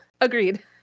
agreed